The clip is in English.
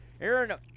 Aaron